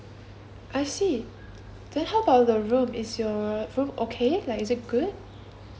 I see then how about the room is your room okay like is it good